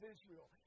Israel